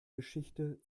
geschichte